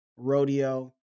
Rodeo